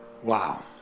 Wow